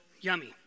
yummy